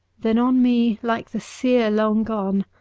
then on me, like the seer long gone,